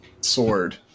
sword